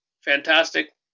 fantastic